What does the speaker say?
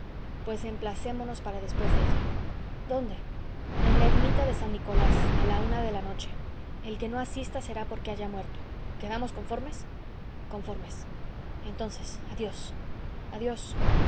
pues emplacémonos para después de ella dónde en la ermita de san nicolás a la una de la noche el que no asista será porque haya muerto quedamos conformes conformes entonces adiós adiós